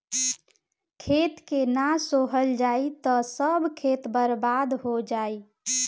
खेत के ना सोहल जाई त सब खेत बर्बादे हो जाई